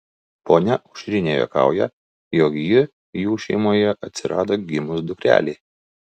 ponia aušrinė juokauja jog ji jų šeimoje atsirado gimus dukrelei